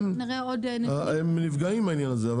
ולכן הם נפגעים מהעניין הזה.